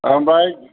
ओमफाय